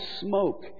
smoke